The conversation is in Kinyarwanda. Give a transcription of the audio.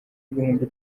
ibihumbi